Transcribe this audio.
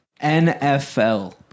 NFL